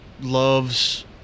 Love's